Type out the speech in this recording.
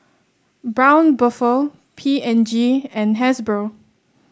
Braun Buffel P and G and Hasbro